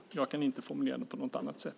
Jag kan inte formulera det på något annat sätt.